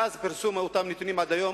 מאז פרסום אותם נתונים עד היום,